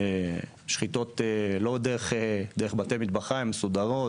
לא דרך בתי מטבחיים מסודרים.